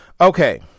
Okay